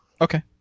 Okay